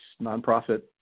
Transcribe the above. nonprofit